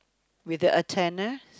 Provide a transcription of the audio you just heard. with the antenna